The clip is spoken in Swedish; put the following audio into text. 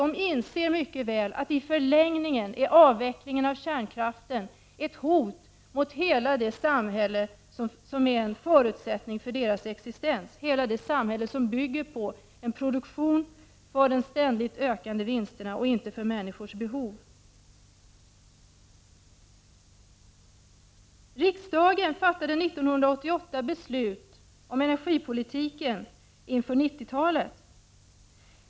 De inser mycket väl att avvecklingen av kärnkraften i förlängningen är ett hot mot hela det samhälle som är en förutsättning för deras existens, hela det samhälle som bygger på en produktion för de ständigt ökande vinsterna och inte för människors behov. Riksdagen fattade 1988 beslut om energipolitiken inför 1990-talet.